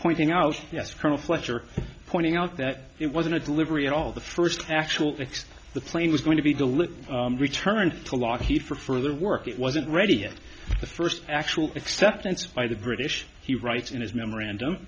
pointing out yes colonel fletcher pointing out that it wasn't a delivery at all the first actual fixed the plane was going to be delivered returned to lockheed for further work it wasn't ready yet the first actual acceptance by the british he writes in his memorandum